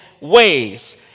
ways